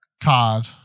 card